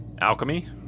Alchemy